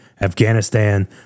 Afghanistan